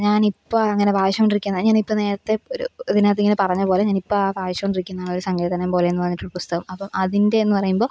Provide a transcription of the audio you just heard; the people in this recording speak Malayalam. ഞാൻ ഇപ്പം അങ്ങനെ വായിച്ചു കൊണ്ടിരിക്കുന്ന ഞാൻ ഇപ്പം നേരത്തെ ഇപ്പം ഒരു ഇതിനകത്ത് ഇങ്ങനെ പറഞ്ഞത് പോലെ ഞാൻ ഇപ്പം ആ വായിച്ചു കൊ ണ്ടിരിക്കിന്ന ആ ഒരു സങ്കീർത്തനം പോലെ എന്ന് പറഞ്ഞിട്ടുള്ള പുസ്തകം അപ്പം അതിൻ്റെ എന്ന് പറയുമ്പം